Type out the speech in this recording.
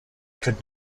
could